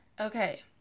Okay